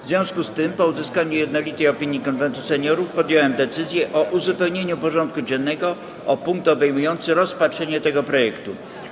W związku z tym, po uzyskaniu jednolitej opinii Konwentu Seniorów, podjąłem decyzję o uzupełnieniu porządku dziennego o punkt obejmujący rozpatrzenie tego projektu.